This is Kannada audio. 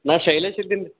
ನಾನು ಶೈಲೇಶ್ ಇದ್ದೀನಿ